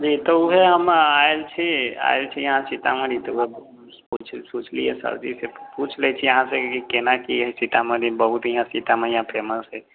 जी तऽ ओहे हम आयल छी आयल छी यहाँ सीतामढ़ी तऽ सोचलियै सर जी सँ पूछ लै छी अहाँ सँ की केना की है सीतामढ़ी बहुत यहाँ सीता मैया फेमस है